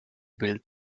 build